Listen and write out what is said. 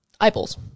eyeballs